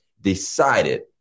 decided